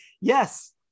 Yes